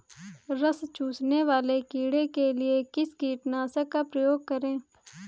रस चूसने वाले कीड़े के लिए किस कीटनाशक का प्रयोग करें?